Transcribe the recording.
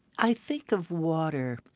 i think of water,